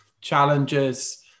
challenges